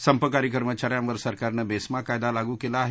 संपकरी कर्मचा यांवर सरकारनं मेस्मा कायदा लागू केला आहे